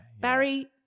Barry